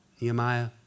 Nehemiah